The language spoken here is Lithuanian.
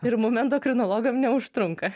ir mum endokrinologam neužtrunka